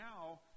now